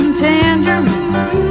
tangerines